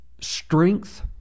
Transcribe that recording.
strength